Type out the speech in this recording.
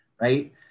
right